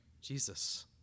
Jesus